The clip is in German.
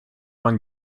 man